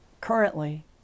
currently